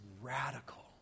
radical